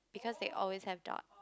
because they always have dot